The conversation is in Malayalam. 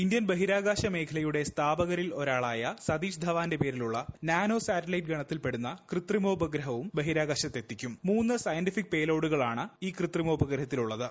ഇന്ത്യൻ ബഹിരാകാശ മേഖലയുടെ സ്ഥാപകരിൽ ഒരാളായ സതീഷ് ധവാന്റെ പേരിലുള്ള നാനോ സാറ്റലൈറ്റ് ഗണത്തിൽ പെടുന്ന കൃത്രിമോപഗ്രഹവും ബഹിരാകാശത്ത് എത്തിക്കും മൂന്ന് സൈന്റഫിക്ക് പേ ലോഡുകളാണ് ഈ കൃത്രിമോപഗ്രഹത്തിനുള്ളത്